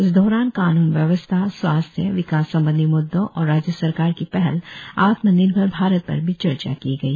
इस दौरान कानून व्यवस्था स्वास्थ्य विकास संबंधी मुद्दों और राज्य सरकार की पहल आत्मनिर्भर भारत पर भी चर्चा की गई